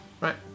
right